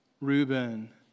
Reuben